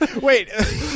Wait